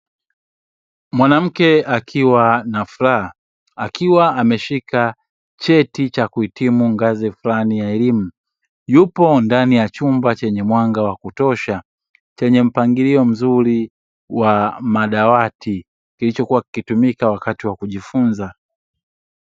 Mwanamke akiwa na furaha akiwa ameshika cheti cha kuhitimu ngazi fulani ya elimu yupo ndani ya chumba chenye mwanga wa kutosha, chenye mpangilio mzuri wa madawati kilichokuwa kikitumika wakati wa kujifunza.